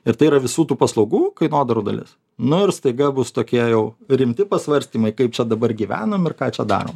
ir tai yra visų tų paslaugų kainodarų dalis nu ir staiga bus tokie jau rimti pasvarstymai kaip čia dabar gyvenam ir ką čia darom